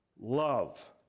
love